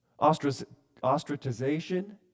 Ostracization